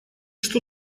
что